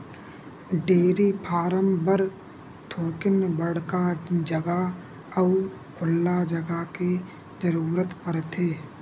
dairy farm बर थोकिन बड़का जघा अउ खुल्ला जघा के जरूरत परथे